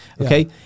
Okay